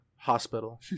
Hospital